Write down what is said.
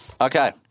Okay